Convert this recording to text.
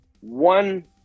one